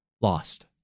lost